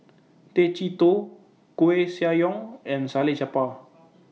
Tay Chee Toh Koeh Sia Yong and Salleh Japar